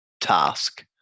task